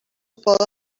poden